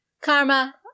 Karma